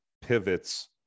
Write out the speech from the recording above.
pivots